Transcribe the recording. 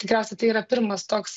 tikriausiai tai yra pirmas toks